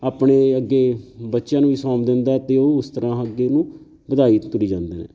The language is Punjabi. ਆਪਣੇ ਅੱਗੇ ਬੱਚਿਆਂ ਨੂੰ ਵੀ ਸੌਂਪ ਦਿੰਦਾ ਅਤੇ ਉਹ ਉਸ ਤਰ੍ਹਾਂ ਅੱਗੇ ਉਹਨੂੰ ਵਧਾਈ ਤੁਰੀ ਜਾਂਦੇ ਨੇ